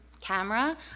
camera